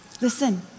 listen